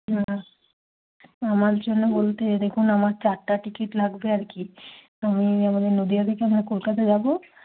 না আমার জন্য বলতে দেখুন আমার চারটে টিকিট লাগবে আর কি আমি আমাদের নদিয়া থেকে আমরা কলকাতা যাবো